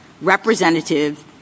representative